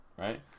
right